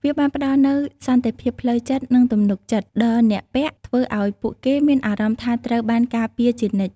វាបានផ្ដល់នូវ សន្តិភាពផ្លូវចិត្ត និងទំនុកចិត្ត ដល់អ្នកពាក់ ធ្វើឲ្យពួកគេមានអារម្មណ៍ថាត្រូវបានការពារជានិច្ច។